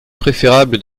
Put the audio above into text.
préférable